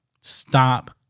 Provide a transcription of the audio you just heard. Stop